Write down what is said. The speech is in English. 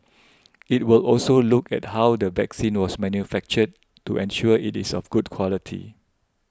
it will also look at how the vaccine was manufactured to ensure it is of good quality